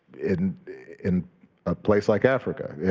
in in a place like africa, yeah